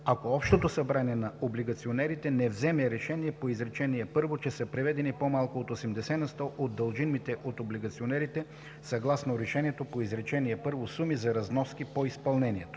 ако общото събрание на облигационерите не вземе решение по изречение първо, че са преведени по-малко от 80 на сто от дължимите от облигационерите, съгласно решението по изречение първо, суми за разноски по изпълнението.”